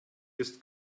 ist